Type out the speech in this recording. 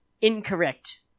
Incorrect